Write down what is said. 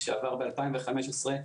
שעבר ב-2015,